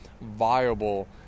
viable